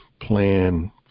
plan